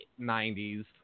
90s